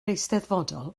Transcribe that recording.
eisteddfodol